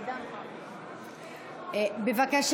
אינה נוכחת רם בן ברק,